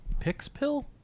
Pixpill